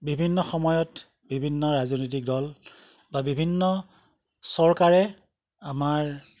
বিভিন্ন সময়ত বিভিন্ন ৰাজনৈতিক দল বা বিভিন্ন চৰকাৰে আমাৰ